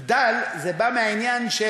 "בְּדַאלֺ" בא מהעניין של